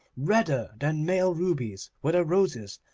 redder than male rubies were the roses,